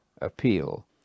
appeal